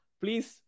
please